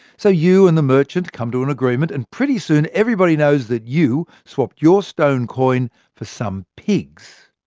so you and the merchant come to an agreement, and pretty soon, everybody knows that you swapped your stone coin for some pigs.